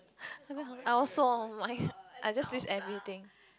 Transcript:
I also my I just waste everything